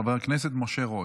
חבר הכנסת משה רוט.